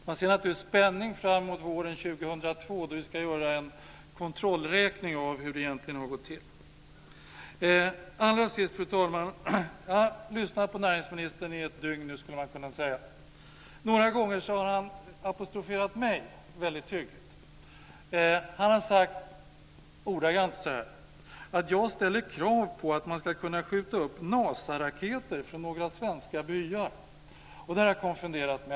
Man ser naturligtvis med spänning fram emot våren 2002, då vi ska göra en kontrollräkning av hur det egentligen har gått till. Allra sist, fru talman, vill jag säga att jag har lyssnat på näringsministern i ett dygn nu, skulle man kunna säga. Några gånger har han apostroferat mig, vilket är väldigt hyggligt. Han har ordagrant sagt att jag ställer krav på att man ska kunna skjuta upp NA SA-raketer från några svenska byar. Det har konfunderat mig.